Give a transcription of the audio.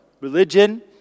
religion